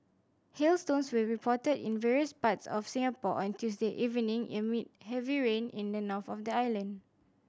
hailstones were reported in various parts of Singapore on Tuesday evening amid heavy rain in the north of the island